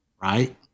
right